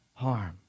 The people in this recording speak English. harm